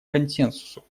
консенсусу